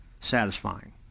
Satisfying